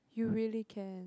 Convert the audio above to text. you really can